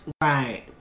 Right